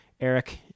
Eric